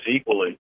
equally